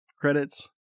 credits